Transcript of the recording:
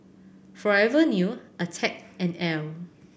Forever New Attack and Elle